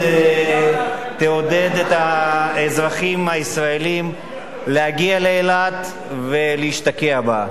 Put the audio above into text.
את האזרחים הישראלים להגיע לאילת ולהשתקע בה.